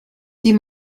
die